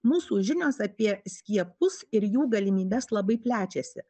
mūsų žinios apie skiepus ir jų galimybes labai plečiasi